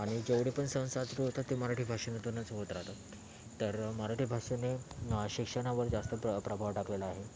आणि जेवढे पण संस्था सुरु होतात ते मराठी भाषेमधूनच होत राहतात तर मराठी भाषेने शिक्षणावर जास्त प्र प्रभाव टाकलेला आहे